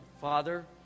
Father